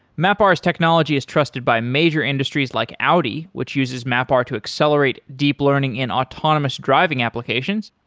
mapr's technology is trusted by major industries like audi, which uses mapr to accelerate deep learning in autonomous driving applications.